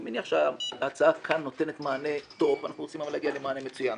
אני מניח שההצעה כאן נותנת מענה טוב אבל אנחנו רוצים להגיע למענה מצוין.